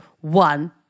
One